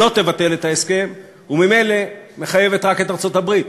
שלא תבטל את ההסכם וממילא מחייבת רק את ארצות-הברית.